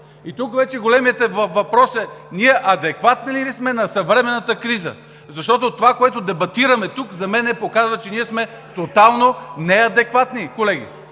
Тук вече големият въпрос е: ние адекватни ли сме на съвременната криза? Защото това, което дебатираме тук, за мен показва, че сме тотално неадекватни, колеги!